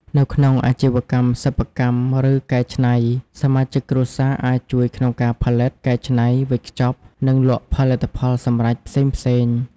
នៅក្នុងអាជីវកម្មសិប្បកម្ម ឬកែច្នៃ សមាជិកគ្រួសារអាចជួយក្នុងការផលិត កែច្នៃ វេចខ្ចប់ និងលក់ផលិតផលសម្រេចផ្សេងៗ។